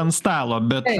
ant stalo bet